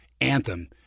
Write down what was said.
Anthem